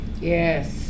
Yes